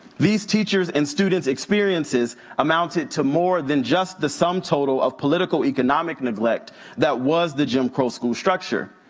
these teachers and students' experiences amounted to more than just the sum total of political economic neglect that was the jim crow school structure.